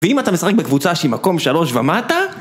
ואם אתה משחק בקבוצה שהיא מקום שלוש ומטה